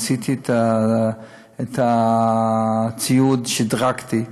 עשיתי את הציוד ושדרגתי,